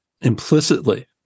Implicitly